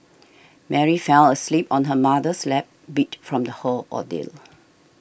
Mary fell asleep on her mother's lap beat from the whole ordeal